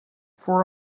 for